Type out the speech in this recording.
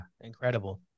incredible